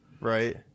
Right